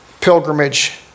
Pilgrimage